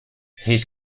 his